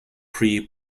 pre